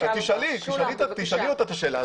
תשאלי אותה את השאלה הזאת.